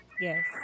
Yes